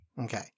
Okay